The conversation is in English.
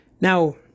Now